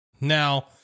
now